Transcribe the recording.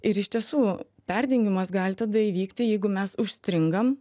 ir iš tiesų perdegimas gali tada įvykti jeigu mes užstringam